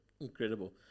incredible